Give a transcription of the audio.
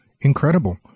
Incredible